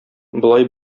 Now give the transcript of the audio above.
болай